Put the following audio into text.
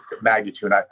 magnitude